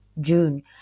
june